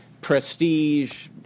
prestige